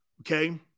Okay